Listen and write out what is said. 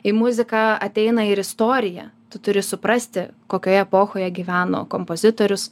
į muziką ateina ir istorija turi suprasti kokioje epochoje gyveno kompozitorius